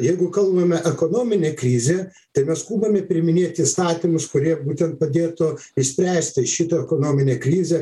jeigu kalbame ekonominė krizė tai mes skubame priiminėti įstatymus kurie būtent padėtų išspręsti šitą ekonominę krizę